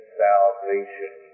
salvation